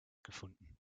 gefunden